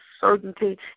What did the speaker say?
certainty